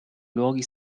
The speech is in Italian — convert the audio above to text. luoghi